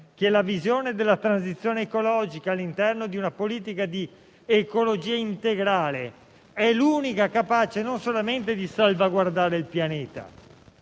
che la visione della transizione ecologica all'interno di una politica di ecologia integrale non solo è l'unica capace di salvaguardare il pianeta,